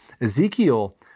Ezekiel